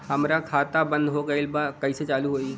हमार खाता बंद हो गईल बा कैसे चालू होई?